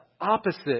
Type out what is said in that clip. opposite